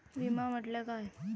विमा म्हटल्या काय?